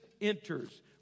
Enters